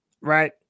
right